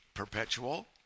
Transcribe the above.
perpetual